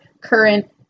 current